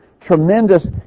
tremendous